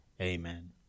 Amen